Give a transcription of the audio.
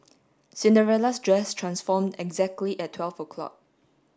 Cinderella's dress transformed exactly at twelve o'clock